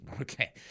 okay